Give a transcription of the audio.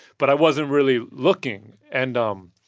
but i wasn't really looking and um